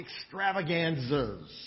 extravaganzas